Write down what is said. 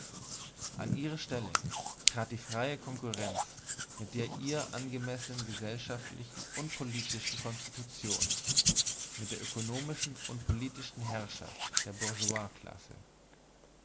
an ihre stelle trat die freie konkurrenz mit der ihr angemessenen gesellschaftlichen und politischen konstitution mit der ökonomischen und politischen herrschaft der